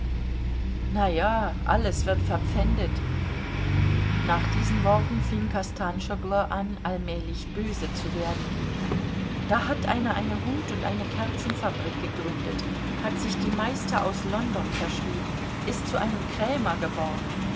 ja alles wird verpfändet nach diesen worten fing kostanschoglo an allmählich böse zu werden da hat einer eine hut und eine kerzenfabrik gegründet hat sich die meister aus london verschrieben ist zu einem krämer geworden